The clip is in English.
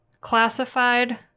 classified